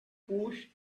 pushed